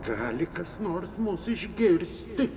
gali kas nors mus išgirsti